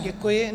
Děkuji.